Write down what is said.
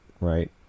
right